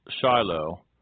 Shiloh